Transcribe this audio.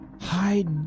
hide